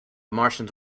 martians